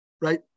right